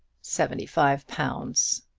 seventy-five pounds!